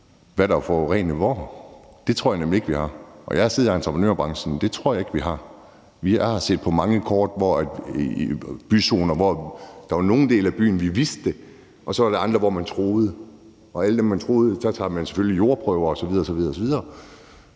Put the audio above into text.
hvad der er forurenet hvor. Det tror jeg nemlig ikke vi har. Jeg har siddet i entreprenørbranchen, og det tror jeg ikke vi har. Jeg har set på mange kort og byzoner, og der var nogle dele af byen, hvor vi vidste det, og så var der andre, hvor man troede. Og alle de steder, man troede der var forurening, tog man selvfølgelig jordprøver osv.